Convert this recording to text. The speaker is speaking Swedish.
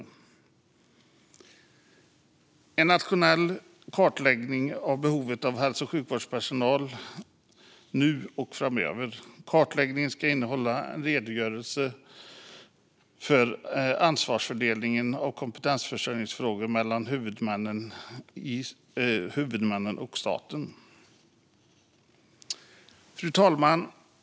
Planen ska även innehålla en nationell kartläggning av behovet av hälso och sjukvårdspersonal nu och framöver. Kartläggningen ska innehålla en redogörelse för ansvarsfördelningen i kompetensförsörjningsfrågor mellan vårdhuvudmännen och staten. Fru talman!